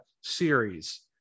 series